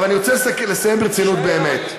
אבל אני רוצה לסיים ברצינות, באמת.